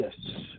Yes